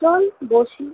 চল বসি